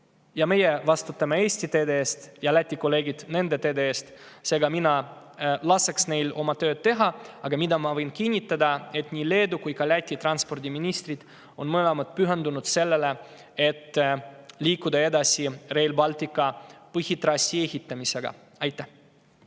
Meie vastutame Eesti teede eest ja Läti kolleegid oma teede eest, seega mina laseks neil oma tööd teha. Aga ma võin kinnitada, et nii Leedu kui ka Läti transpordiminister on mõlemad pühendunud sellele, et liikuda edasi Rail Balticu põhitrassi ehitamisega. Evelin